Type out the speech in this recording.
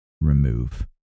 remove